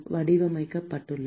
வடிவமைக்கப்பட்டுள்ளது